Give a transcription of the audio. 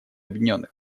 объединенных